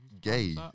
Gay